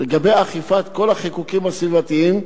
לגבי אכיפת כל החיקוקים הסביבתיים,